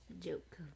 joke